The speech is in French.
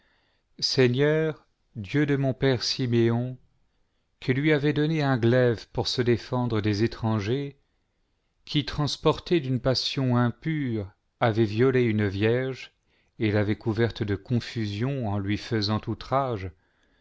seignem dieu de mon père simeon qui lui avez donné un glaive pour se défendre des étrangers qui transportés d'une passion impure avaient violé une vierge et l'avaient couverte de confusion en lui faisant outrage